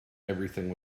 everything